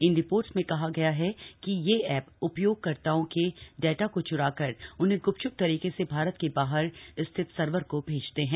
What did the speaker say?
इन report में कहा गया है कि ये एप उपयोगकर्ताओं के डेटा को च्राकर उन्हें ग्पच्प तरीके से भारत के बाहर स्थित सर्वर को भेजते हैं